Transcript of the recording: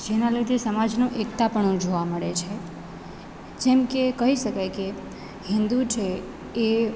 જેના લીધે સમાજનું એકતાપણું જોવા મળે છે જેમકે કહી શકાય કે હિન્દુ છે એ